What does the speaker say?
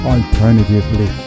Alternatively